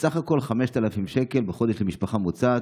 ובסך הכול 5,000 שקל בחודש למשפחה ממוצעת,